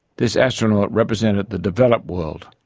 this astronaut represented the developed world,